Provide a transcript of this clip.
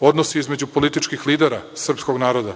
Odnosi između političkih lidera srpskog naroda